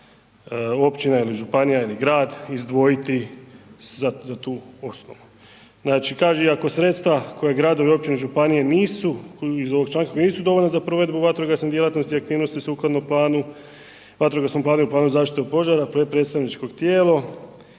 općina ili županija ili grad izdvojiti za tu osnovu. Znači kaže iako sredstva koje gradovi, općine i županije nisu iz ovog članke, koje nisu dovoljne za provedbu vatrogasne djelatnosti i aktivnosti sukladno planu, vatrogasnom planu i planu zaštite od požara, predstavničko tijelo